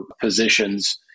positions